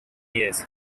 years